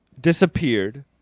disappeared